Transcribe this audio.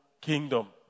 kingdom